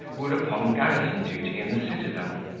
who were upon garrison duty in the citadel.